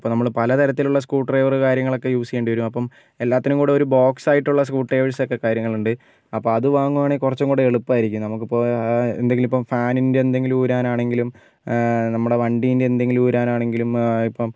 അപ്പോൾ നമ്മൾ പല തരത്തിലുള്ള സ്ക്രൂ ഡ്രൈവർ കാര്യങ്ങളൊക്കെ യൂസ് ചെയ്യേണ്ടി വരും അപ്പം എല്ലാത്തിനും കൂടെ ഒരു ബോക്സ് ആയിട്ടുള്ള സ്ക്രൂ ഡ്രൈവേഴ്സ് ഒക്കെ കാര്യങ്ങളുണ്ട് അപ്പോൾ അത് വാങ്ങുവാണേൽ കുറച്ചും കൂടെ എളുപ്പമായിരിക്കും നമുക്കിപ്പോൾ എന്തെങ്കിലും ഫാനിൻ്റെ എന്തെങ്കിലും ഊരാൻ ആണെങ്കിലും നമ്മുടെ വണ്ടിൻ്റെ എന്തെങ്കിലും ഊരാൻ ആണെങ്കിലും ഇപ്പം